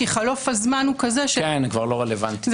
כי בחלוף הזה זה כבר לא רלוונטי.